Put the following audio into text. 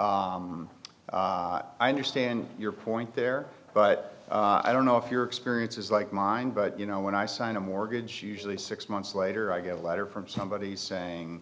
i understand your point there but i don't know if your experience is like mine but you know when i sign a mortgage usually six months later i get a letter from somebody saying